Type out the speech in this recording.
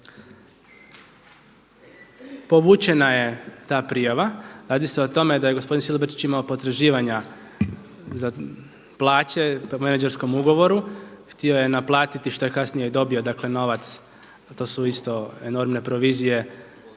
povućena je ta prijava, radi se o tome da je gospodin Silobrčić imao potraživanja za plaće po menadžerskom ugovoru, htio je naplatiti što kasnije i dobio novac a to su isto enormne provizije